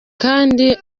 kandi